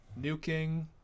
nuking